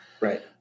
Right